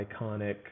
iconic